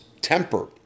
temper